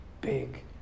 big